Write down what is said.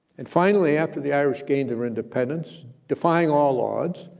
and finally after the irish gained their independence, defying all odds,